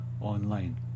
online